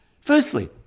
Firstly